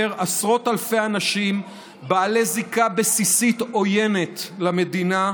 עשרות אלפי אנשים בעלי זיקה בסיסית עוינת למדינה,